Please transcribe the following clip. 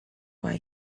why